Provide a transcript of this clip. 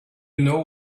know